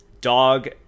Dog